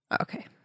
Okay